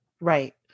Right